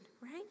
right